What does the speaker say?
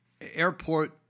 Airport